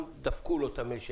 גם דפקו לו את המשק,